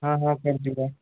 हाँ हाँ कैश दूँगा